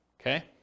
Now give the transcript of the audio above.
Okay